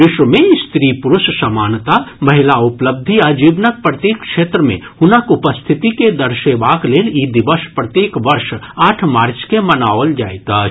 विश्व मे स्त्री पुरूष सामानता महिला उपलब्धि आ जीवनक प्रत्येक क्षेत्र मे हुनक उपस्थिति के दर्शेबाक लेल ई दिवस प्रत्येक वर्ष आठ मार्च के मनाओल जाइत अछि